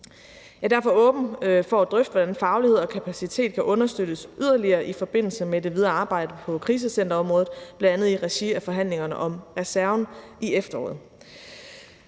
Jeg er derfor åben over for at drøfte, hvordan faglighed og kapacitet kan understøttes yderligere i forbindelse med det videre arbejde på krisecenterområdet, bl.a. i regi af forhandlingerne om reserven til efteråret.